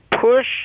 push